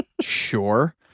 Sure